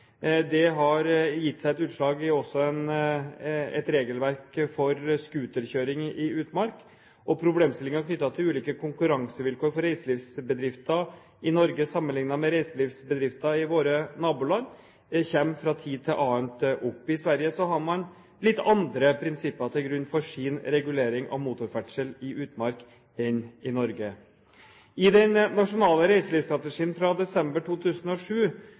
Det har gitt seg utslag også i et regelverk for scooterkjøring i utmark, og problemstillinger knyttet til ulike konkurransevilkår for reiselivsbedrifter i Norge sammenlignet med reiselivsbedrifter i våre naboland kommer fra tid til annen opp. I Sverige har man lagt litt andre prinsipper til grunn for sin regulering av motorferdsel i utmark enn man har gjort i Norge. I den nasjonale reiselivsstrategien fra desember 2007